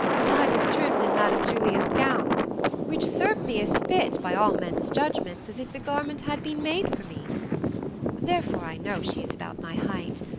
and i was trimm'd in madam julia's gown which served me as fit, by all men's judgments, as if the garment had been made for me therefore i know she is about my height.